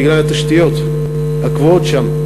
בגלל התשתיות הקבועות שם,